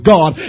God